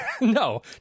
no